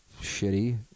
shitty